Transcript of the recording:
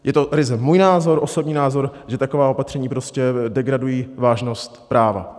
Je to můj názor, osobní názor, že taková opatření prostě degradují vážnost práva.